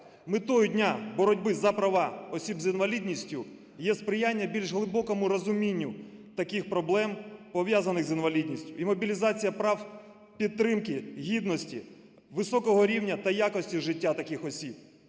Метою дня боротьби за права осіб з інвалідністю є сприяння більш глибокому розумінню таких проблем, пов'язаних з інвалідністю, і мобілізації прав, підтримки гідності, високого рівня та якості життя таких осіб.